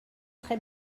très